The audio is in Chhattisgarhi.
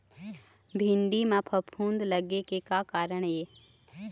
भिंडी म फफूंद लगे के का कारण ये?